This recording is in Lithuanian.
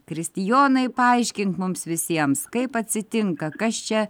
kristijonai paaiškink mums visiems kaip atsitinka kas čia